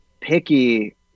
picky